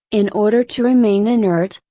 in order to remain inert,